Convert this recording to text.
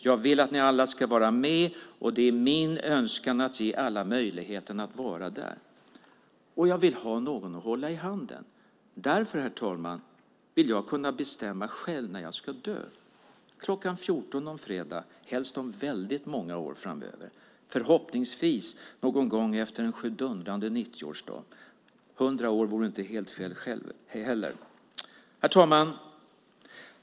Jag vill att ni alla ska vara med. Det är min önskan att ge alla möjligheten att vara där. Och jag vill ha någon att hålla i handen. Därför, herr talman, vill jag kunna bestämma själv när jag ska dö. Kl. 14 någon fredag, helst om väldigt många år, förhoppningsvis någon gång efter en sjudundrande 90-årsdag; hundra år vore inte helt fel det heller. Herr talman!